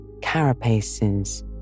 carapaces